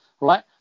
Right